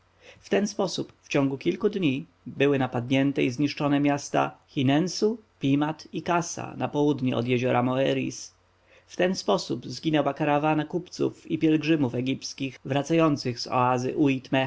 mieszkańców w ten sposób w ciągu kilku dni były napadnięte i zniszczone miasta chinensu pimat i kasa na południe od jeziora moeris w ten sposób zginęła karawana kupców i pielgrzymów egipskich